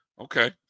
Okay